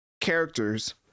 characters